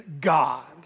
God